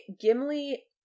Gimli